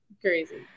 crazy